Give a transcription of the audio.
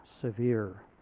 severe